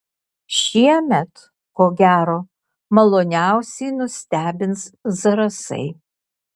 šiemet ko gero maloniausiai nustebins zarasai